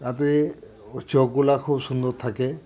তাতে ও চোখগুলো খুব সুন্দর থাকে